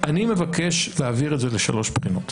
אני מבקש להעביר את זה לשלוש בחינות,